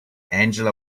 angela